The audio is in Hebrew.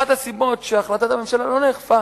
אחת הסיבות לכך שהחלטת הממשלה לא נאכפה,